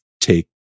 take